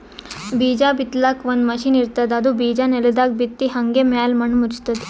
ಬೀಜಾ ಬಿತ್ತಲಾಕ್ ಒಂದ್ ಮಷಿನ್ ಇರ್ತದ್ ಅದು ಬಿಜಾ ನೆಲದಾಗ್ ಬಿತ್ತಿ ಹಂಗೆ ಮ್ಯಾಲ್ ಮಣ್ಣ್ ಮುಚ್ತದ್